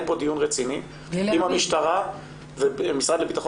פה דיון רציני אם המשטרה והמשרד לביטחון